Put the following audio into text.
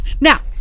Now